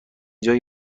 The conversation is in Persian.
جایی